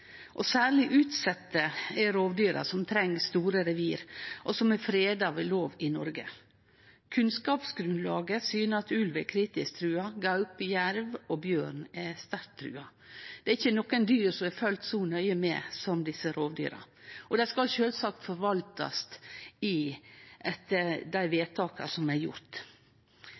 Særleg utsette er rovdyra som treng store revir, og som er freda ved lov i Noreg. Kunnskapsgrunnlaget syner at ulv er kritisk truga, mens gaupe, jerv og bjørn er sterkt truga. Det er ikkje nokon dyr som er følgde så nøye med på som desse rovdyra, og dei skal sjølvsagt forvaltast etter dei vedtaka som er